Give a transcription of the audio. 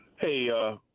Hey